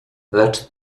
lecz